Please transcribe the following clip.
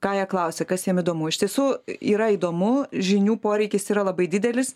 ką jie klausia kas jiem įdomu iš tiesų yra įdomu žinių poreikis yra labai didelis